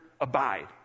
abide